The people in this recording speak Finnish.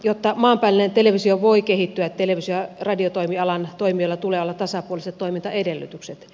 jotta maanpäällinen televisio voi kehittyä televisio ja radiotoimialan toimijoilla tulee olla tasapuoliset toimintaedellytykset